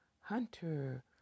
Hunter